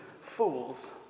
fools